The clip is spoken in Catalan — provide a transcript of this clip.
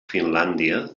finlàndia